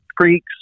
creeks